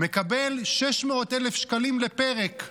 מקבל 600,000 שקלים לפרק,